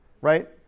Right